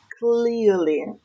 clearly